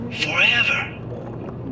forever